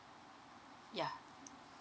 yeah